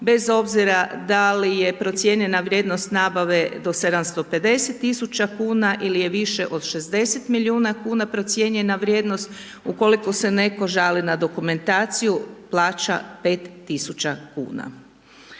bez obzira da li je procijenjena vrijednost nabave do 750.000 kuna ili je više od 60 milijuna kuna procijenjena vrijednost ukoliko se netko žali na dokumentaciju plaća 5.000 kuna.